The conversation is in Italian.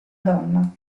donna